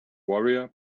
warrior